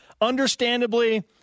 understandably